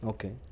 Okay